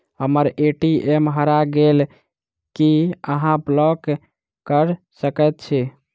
हम्मर ए.टी.एम हरा गेल की अहाँ ब्लॉक कऽ सकैत छी?